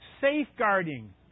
safeguarding